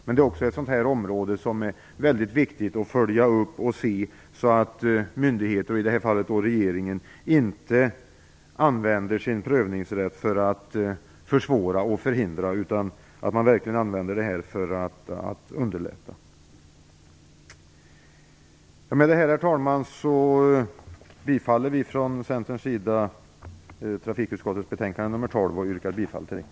Det är också ett område som är väldigt viktigt att följa upp och se så att myndigheter - i detta fall regeringen - inte använder sin prövningsrätt för att försvåra och förhindra utan verkligen för att underlätta. Med detta, herr talman, yrkar vi från Centerns sida bifall till hemställan i trafikutskottets betänkande nr